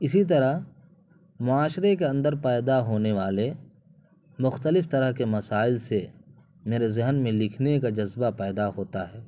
اسی طرح معاشرے کے اندر پیدا ہونے والے مختلف طرح کے مسائل سے میرے ذہن میں لکھنے کا جذبہ پیدا ہوتا ہے